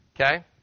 Okay